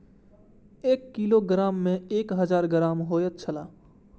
एक किलोग्राम में एक हजार ग्राम होयत छला